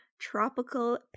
tropical